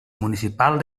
municipal